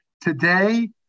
today